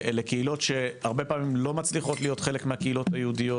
אלה קהילות שהרבה פעמים לא מצליחות להיות חלק מהקהילות היהודיות.